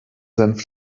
senf